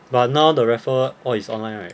but now the raffle all is online right